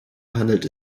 handelt